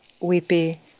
weepy